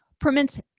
permits